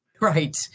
Right